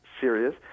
serious